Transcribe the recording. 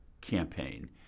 campaign